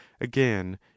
again